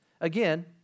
Again